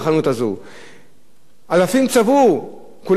אלפים צבאו, כולם ידעו שחנות כזאת נפתחה.